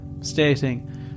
stating